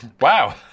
wow